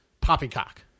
Poppycock